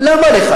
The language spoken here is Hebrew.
למה לך?